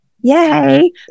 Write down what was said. Yay